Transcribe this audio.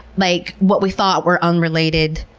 like what we thought were unrelated,